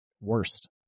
worst